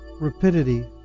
rapidity